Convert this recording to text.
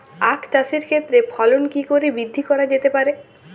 আক চাষের ক্ষেত্রে ফলন কি করে বৃদ্ধি করা যেতে পারে?